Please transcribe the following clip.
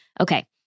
Okay